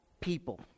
people